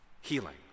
healing